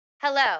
hello